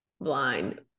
blind